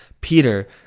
peter